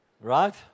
Right